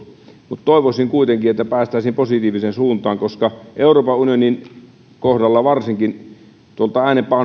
mutta toivoisin kuitenkin että päästäisiin positiiviseen suuntaan koska euroopan unionin kohdalla varsinkin kun